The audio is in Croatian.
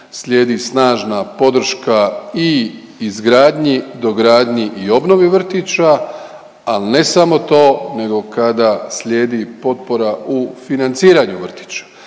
slijedi snažna podrška i izgradnji, dogradnji i obnovi vrtića, al ne samo to nego kada slijedi i potpora u financiranju vrtića.